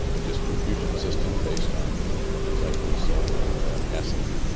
a distribution system based on things like diesel and gasoline,